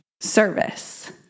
service